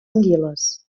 anguiles